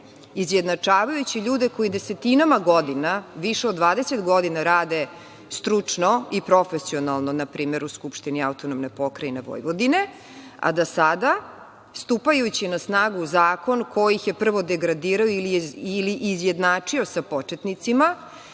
izjednačavajući ljude koji desetinama godina, više od 20 godina rade stručno i profesionalno npr. u Skupštini AP Vojvodine, a da sada, stupajući na snagu zakon koji ih je prvo degradirao ili izjednačio sa početnicima,